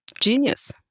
genius